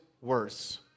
worse